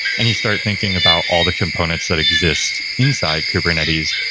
and you start thinking about all the components that exist inside kubernetes.